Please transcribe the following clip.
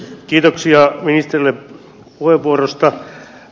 kiitoksia ministerille puheenvuorosta